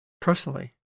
personally